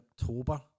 October